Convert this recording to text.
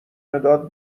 مداد